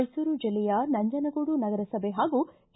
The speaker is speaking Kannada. ಮೈಸೂರು ಚಿಲ್ಲೆಯ ನಂಜನಗೂಡು ನಗರಸಭೆ ಹಾಗೂ ಕೆ